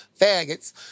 faggots